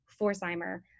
Forsheimer